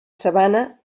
sabana